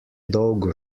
dolgo